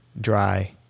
dry